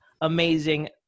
amazing